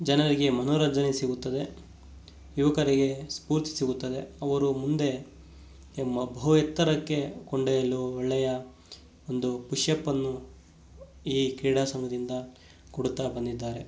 ಜನರಿಗೆ ಮನೋರಂಜನೆ ಸಿಗುತ್ತದೆ ಯುವಕರಿಗೆ ಸ್ಫೂರ್ತಿ ಸಿಗುತ್ತದೆ ಅವರು ಮುಂದೆ ನಿಮ್ಮ ಬಹು ಎತ್ತರಕ್ಕೆ ಕೊಂಡೊಯ್ಯಲು ಒಳ್ಳೆಯ ಒಂದು ಪುಶ್ಯಪ್ಪನ್ನು ಈ ಕ್ರೀಡಾ ಸಂಘದಿಂದ ಕೊಡುತ್ತಾ ಬಂದಿದ್ದಾರೆ